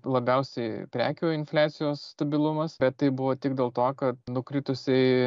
labiausiai prekių infliacijos stabilumas bet tai buvo tik dėl to kad nukritusiai